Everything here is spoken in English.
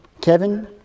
Kevin